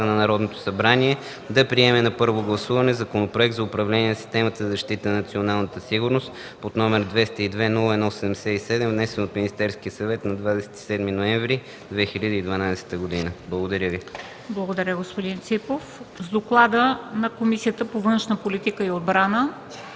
на Народното събрание да приеме на първо гласуване Законопроект за управление на системата за защита на националната сигурност, № 202-01-77, внесен от Министерския съвет на 27 ноември 2012 г.” Благодаря Ви. ПРЕДСЕДАТЕЛ МЕНДА СТОЯНОВА: Благодаря, господин Ципов. С доклада на Комисията по външна политика и отбрана